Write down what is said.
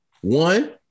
one